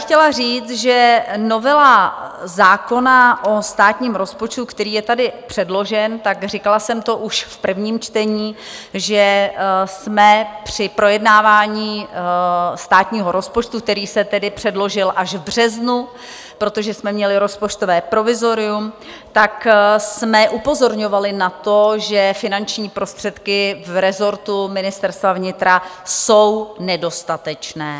Chtěla bych říct, že novela zákona o státním rozpočtu, který je tady předložen, tak říkala jsem to už v prvním čtení, že jsme při projednávání státního rozpočtu, který se tedy předložil až v březnu, protože jsme měli rozpočtové provizorium, tak jsme upozorňovali na to, že finanční prostředky v resortu Ministerstva vnitra jsou nedostatečné.